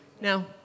Now